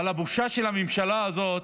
אבל הבושה של הממשלה הזאת,